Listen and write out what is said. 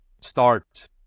start